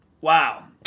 Wow